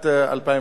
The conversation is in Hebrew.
6270